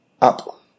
up